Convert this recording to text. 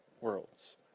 worlds